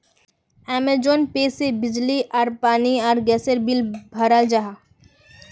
Amazon pay से बिजली आर पानी आर गसेर बिल बहराल जाहा